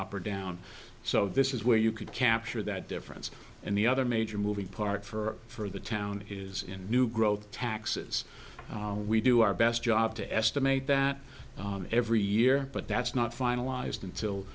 opera down so this is where you could capture that difference and the other major moving part for the town is in new growth taxes we do our best job to estimate that every year but that's not finalized